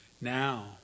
Now